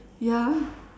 ya